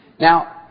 Now